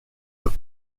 are